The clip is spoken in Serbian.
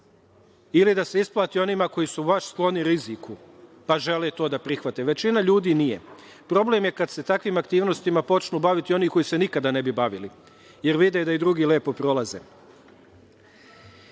ili da se isplati onima koji su baš skloni riziku, pa žele to da prihvate. Većina ljudi nije. Problem je kada se takvim aktivnostima počnu baviti oni koji se nikada ne bi bavili, jer vide da i drugi lepo prolaze.